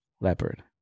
Leopard